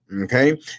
Okay